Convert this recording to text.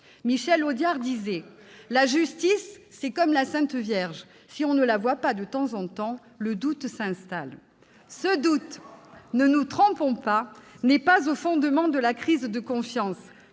Michel Audiard disait que la justice, c'est comme la Sainte Vierge : si on ne la voit pas de temps en temps, le doute s'installe. Ce doute, ne nous y trompons pas, n'est pas au fondement de la crise de confiance